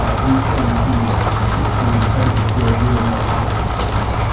ah these same teams typically don't draw yeah uml architecture pictures.